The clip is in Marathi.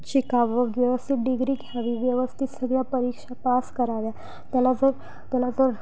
शिकावं व्यवस्थित डिग्री घ्यावी व्यवस्थित सगळ्या परीक्षा पास कराव्या त्याला जर त्याला जर